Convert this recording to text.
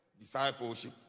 discipleship